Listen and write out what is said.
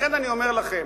לכן אני אומר לכם,